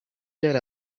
let